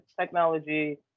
technology